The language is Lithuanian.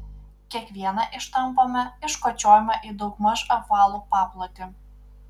kiekvieną ištampome iškočiojame į daugmaž apvalų paplotį